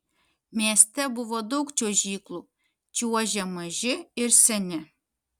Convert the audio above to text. mieste buvo daug čiuožyklų čiuožė maži ir seni